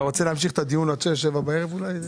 אתה רוצה להמשיך את הדיון עד שש, שבע בערב אולי?